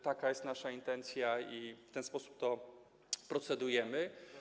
Taka jest nasza intencja i w ten sposób nad tym procedujemy.